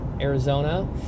Arizona